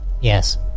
Yes